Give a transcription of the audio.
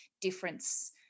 Difference